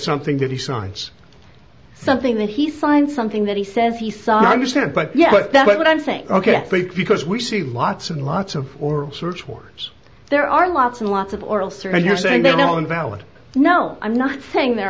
something that he signs something that he signed something that he says he saw understand but yeah but that what i'm saying ok because we see lots and lots of four search warrants there are lots and lots of oral surgeon you're saying there are no invalid no i'm not saying they're